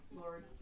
Lord